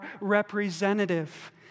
representative